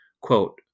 Quote